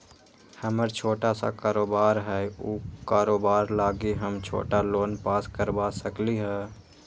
हमर छोटा सा कारोबार है उ कारोबार लागी हम छोटा लोन पास करवा सकली ह?